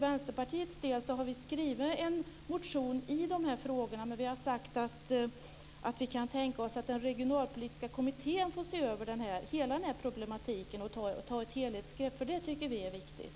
Vänsterpartiet har skrivit en motion i de här frågorna. Vi har sagt att vi kan tänka oss att den regionalpolitiska kommittén får se över hela den här problematiken och ta ett helhetsgrepp, för det tycker vi är viktigt.